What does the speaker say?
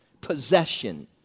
possession